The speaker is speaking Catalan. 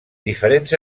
diferents